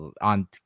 on